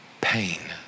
pain